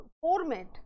format